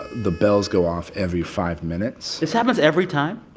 the bells go off every five minutes this happens every time?